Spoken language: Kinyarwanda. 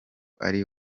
ari